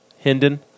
Hendon